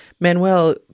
manuel